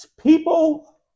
people